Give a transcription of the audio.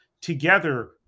together